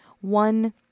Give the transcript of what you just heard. One